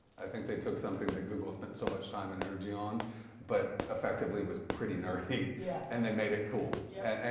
i think they took something that google spent so much time and energy on but effectively was pretty nerdy yeah and they made it cool. yeah and